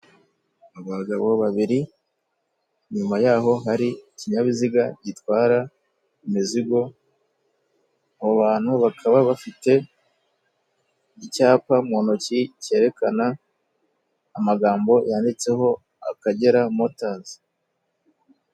Abagabo babiri nyuma yaho hari ikinyabiziga gitwara imizigo abo bantu bakaba bafite icyapa mu ntoki cyerekana amagambo yanditseho akagera motozi.